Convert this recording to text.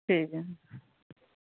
ᱴᱷᱤᱠ ᱜᱮᱭᱟ